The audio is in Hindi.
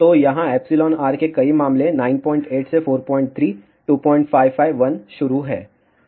तो यहाँ εr के कई मामले 98 से 43 2551 शुरू हैं